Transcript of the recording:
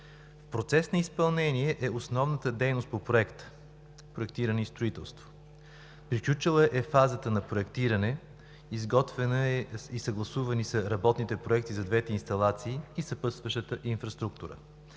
процес на изпълнение е основната дейност по Проекта – проектиране и строителство. Приключила е фазата на проектиране, изготвена е и са съгласувани работните проекти за двете инсталации и съпътстващата инфраструктура.